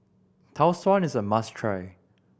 Tau Suan is a must try